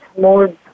more